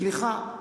סליחה,